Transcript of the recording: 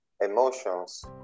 emotions